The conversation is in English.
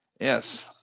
Yes